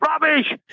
Rubbish